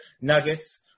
Nuggets